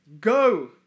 go